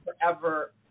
forever